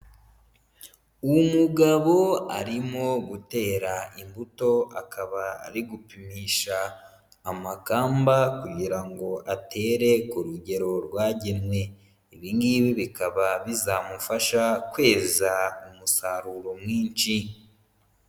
Umugabo arimo gutera imbuto akaba ari gupimisha amakamba kugira ngo atere ku rugero rwagenwe. Ibi ngibi bikaba bizamufasha kweza umusaruro mwinshi.